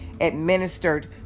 administered